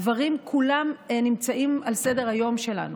הדברים כולם נמצאים על סדר-היום שלנו.